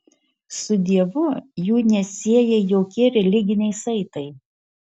su dievu jų nesieja jokie religiniai saitai